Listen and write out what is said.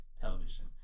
television